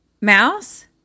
mouse